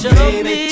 baby